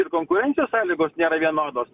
ir konkurencijos sąlygos nėra vienodos